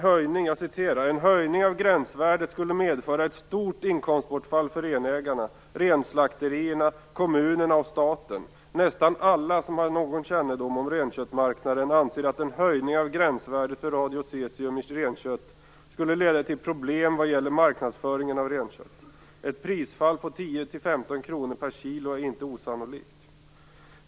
Han skriver: En höjning av gränsvärdet skulle medföra ett stort inkomstbortfall för renägarna, renslakterierna, kommunerna och staten. Nästan alla som har någon kännedom om renköttmarknaden anser att en höjning av gränsvärdet för radiocesium i renkött skulle leda till problem vad gäller marknadsföringen av renkött. Ett prisfall på 10-15 kr per kg är inte osannolikt.